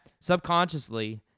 subconsciously